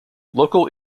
local